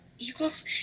Eagles